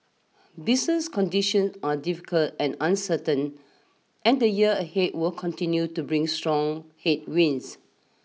business condition are difficult and uncertain and the year ahead will continue to bring strong headwinds